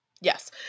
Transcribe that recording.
Yes